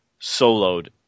soloed